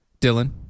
dylan